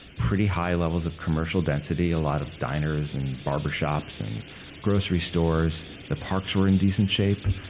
pretty high levels of commercial density, a lot of diners and barber shops and grocery stores. the parks were in decent shape,